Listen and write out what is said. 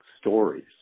stories